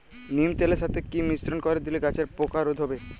নিম তেলের সাথে কি মিশ্রণ করে দিলে গাছের পোকা রোধ হবে?